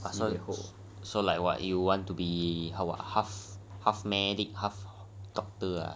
打算以后 so like you want to be half medic half doctor ah